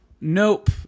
Nope